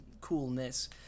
coolness